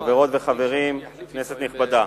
תודה רבה, חברות וחברים, כנסת נכבדה,